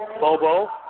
Bobo